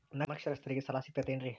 ಅನಕ್ಷರಸ್ಥರಿಗ ಸಾಲ ಸಿಗತೈತೇನ್ರಿ?